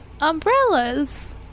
Umbrellas